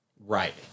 Right